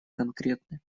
конкретны